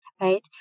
right